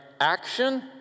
action